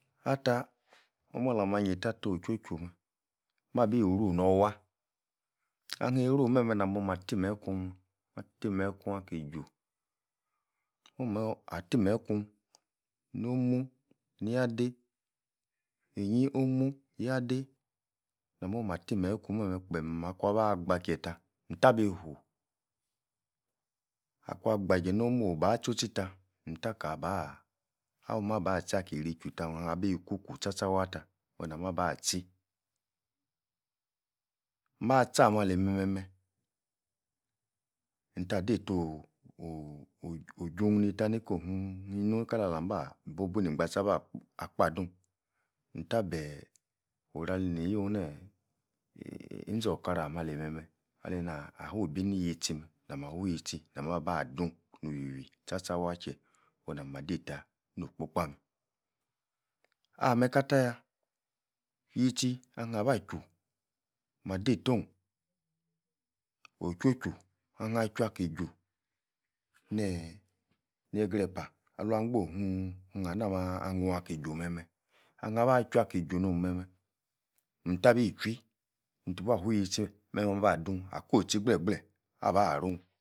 Ah-ttah omua lah-mah nyeita-ahttah ochwo-chwu meh, mabi-ru nowah. ahi-ru. meh-meh namo-mah ti-meyi ikun-meh, mah-ti-meyi ikun aki-ju. momor attimeyi ikun, no-mu, nia-dei, nyi, omu yah-dei nah-mo-mah ti meyi ikun meh-meh kpeeem akuan-ba gba-kie-tah ahn-tabi-fu akuan gbaje no-mu obah-tcho-tchi tah ntah-kabah, omah-ba tchi-aki-yiri ju-tah meh, ahn-bi ku-ku tcha tcha wah-tah onu-na-mah. bah tcha, mah-tchi ah-meh-ali meh-meh-meh nta-dei-to o'h-o'h-o'h jun neita niko inn nunh kala-la-bah bu-buh ni-gbatse abah kpadu, nta-beeh, oru-aleni yuii-neeh, einzor-okara ameh-alimeh-meh aleina, ah-fu-bi ni0yeitchi, nah-mah fu yetchi nameh bah dun nu-you-yuii tcha-tcha waah chie onu-nah mah dei-tah, no kpo-kpa meh ah-meh kata-yah, yitchi, ahan-ba-ju, mah-deitohn, ochwuo-chu, ahan-chwu aki-ju, neeh, nie-grepa aluan kpo nhn-nhn nhana ma-nuan ki-ju meh-meh ahan bah chwua-kiju no'm meh-meh, nta-bi chwuii nti-bua fu-yetchi meh-meh abah-dun, ako-tchi gbleeh gbleeh abah-runh